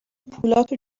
پولهاتو